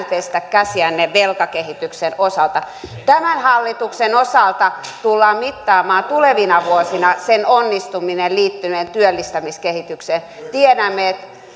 pestä käsiänne velkakehityksen osalta tämän hallituksen osalta tullaan mittaamaan tulevina vuosina sen onnistuminen liittyen työllistämiskehitykseen tiedämme että